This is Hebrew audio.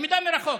למידה מרחוק,